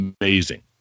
amazing